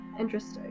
interesting